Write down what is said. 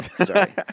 sorry